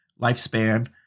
lifespan